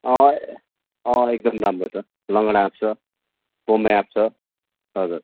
अँ अँ एकदम राम्रो छ लङ्गडा आँप छ बम्बई आँप छ हजुर